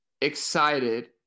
excited